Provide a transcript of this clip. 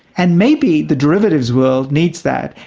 and maybe the derivatives world needs that.